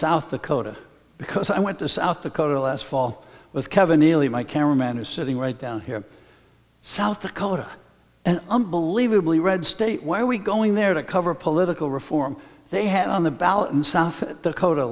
south dakota because i went to south dakota last fall with kevin neely my cameraman who's sitting right down here south dakota and unbelievably red state where we going there to cover political reform they had on the ballot in south dakota